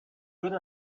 good